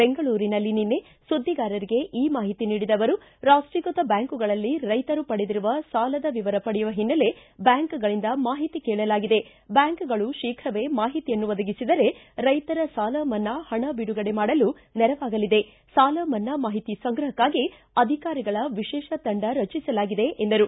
ಬೆಂಗಳೂರಿನಲ್ಲಿ ನಿನ್ನೆ ಸುದ್ದಿಗಾರರಿಗೆ ಈ ಮಾಹಿತಿ ನೀಡಿದ ಆವರು ರಾಷ್ಟೀಕೃತ ಬ್ಯಾಂಕುಗಳಲ್ಲಿ ರೈತರು ಪಡೆದಿರುವ ಸಾಲದ ವಿವರ ಪಡೆಯುವ ಹಿನ್ನೆಲೆ ಬ್ಯಾಂಕ್ಗಳಿಂದ ಮಾಹಿತಿ ಕೇಳಲಾಗಿದೆ ಬ್ದಾಂಕುಗಳು ಶೀಘವೇ ಮಾಹಿತಿಯನ್ನು ಒದಗಿಸಿದರೆ ರೈತರ ಸಾಲಮನ್ನಾ ಪಣ ಐಡುಗಡೆ ಮಾಡಲು ನೆರವಾಗಲಿದೆ ಸಾಲಮನ್ನಾ ಮಾಹಿತಿ ಸಂಗ್ರಹಕ್ಕಾಗಿ ಅಧಿಕಾರಿಗಳ ವಿಶೇಷ ತಂಡ ರಚಿಸಲಾಗಿದೆ ಎಂದರು